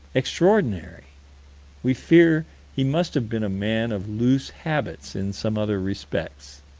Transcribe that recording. extraordinary we fear he must have been a man of loose habits in some other respects.